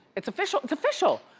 it's official, it's official.